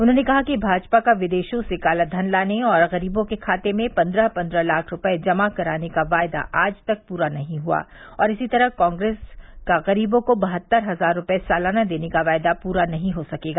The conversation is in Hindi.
उन्होंने कहा कि भाजपा का विदेशों से कालाधन लाने और गरीबों के खाते में पन्द्रह पन्द्रह लाख रूपये जमा कराने का वादा आज तक पूरा नहीं हुआ और इसी तरह कांग्रेस का ग़रीबों को बहत्तर हजार रूपये सालाना देने का वादा पूरा नहीं हो सकेगा